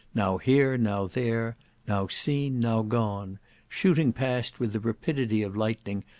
now here, now there now seen, now gone shooting past with the rapidity of lightning,